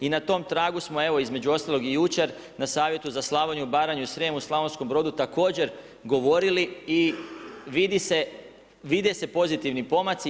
I na tom tragu smo evo između ostalog i jučer na Savjetu za Slavoniju, Baranju i Srijem u Slavonskom Brodu također govorili i vide se pozitivni pomaci.